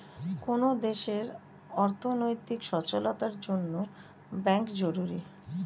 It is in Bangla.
কোন দেশের অর্থনৈতিক সচলতার জন্যে ব্যাঙ্ক জরুরি